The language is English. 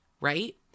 right